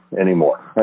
anymore